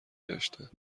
داشتند